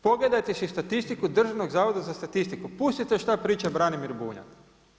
Pogledajte si statistiku Državnog zavoda za statistiku, pustite šta priča Branimir Bunjac.